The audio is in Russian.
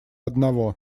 одного